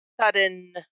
sudden